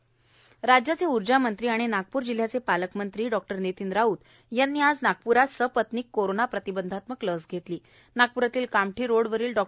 नितिन राऊत राज्याचे ऊर्जामंत्री आणि नागप्र जिल्ह्याचे पालकमंत्री नितिन राऊत यांनी आज नागप्रात सपत्नीक कोरोना प्रतिबंधात्मक लस घेतली नागप्रातील कामठी रोड वरील डॉ